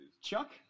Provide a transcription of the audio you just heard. Chuck